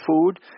food